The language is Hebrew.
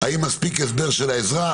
האם מספיק הסבר של האזרח?